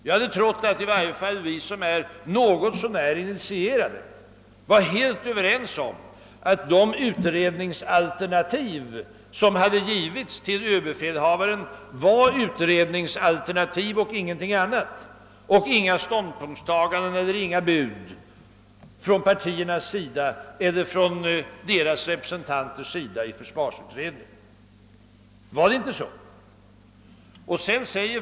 Jag hade trott att i varje fall vi som är något så när initierade var helt överens om att de utredningsalternativ, som hade givits till överbefälhavaren, var utredningsalternativ och ingenting annat — inga ståndpunktstaganden, inga bud från partiernas eller deras representanters sida i försvarsutredningen. Var det inte så?